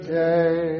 day